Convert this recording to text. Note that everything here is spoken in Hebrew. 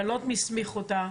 שאני לא יודעת מי הסמיך אותה,